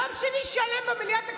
יום שני שלם במליאת הכנסת,